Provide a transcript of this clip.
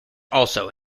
also